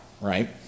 right